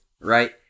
right